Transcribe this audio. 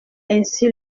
ainsi